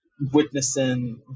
witnessing